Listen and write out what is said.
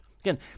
Again